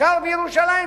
יקר בירושלים?